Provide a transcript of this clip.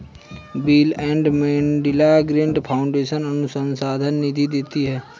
bill and Melinda Gates Foundation अनुसंधान निधि देती है